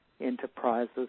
enterprises